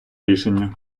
рішення